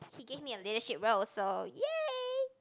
he gave me a leadership role so ya